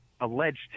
alleged